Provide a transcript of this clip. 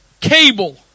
cable